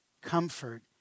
comfort